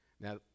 Now